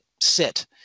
sit